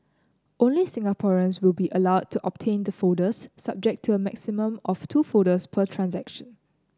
only Singaporeans will be allowed to obtain the folders subject to a maximum of two folders per transaction